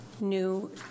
new